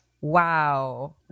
Wow